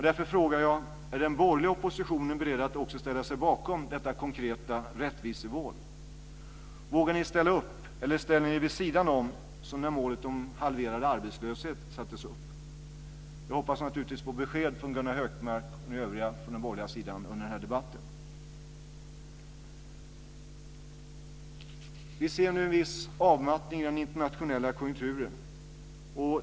Därför frågar jag: Är den borgerliga oppositionen beredd att också ställa sig bakom detta konkreta rättvisemål? Vågar ni ställa upp, eller ställer ni er vid sidan om, som när målet om halverad arbetslöshet sattes upp? Jag hoppas naturligtvis på besked från Gunnar Hökmark och övriga från den borgerliga sidan under den här debatten. Vi ser nu en viss avmattning i den internationella konjunkturen.